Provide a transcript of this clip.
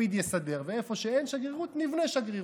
לפיד יסדר, ואיפה שאין שגרירות, נבנה שגרירות,